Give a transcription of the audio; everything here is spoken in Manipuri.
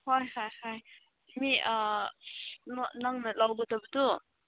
ꯍꯣꯏ ꯍꯣꯏ ꯍꯣꯏ ꯑꯥ ꯅꯪꯅ ꯂꯧꯒꯗꯕꯗꯨ